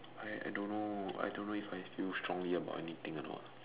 I I don't know I don't know if I feel strongly about anything or not